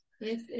Yes